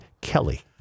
Kelly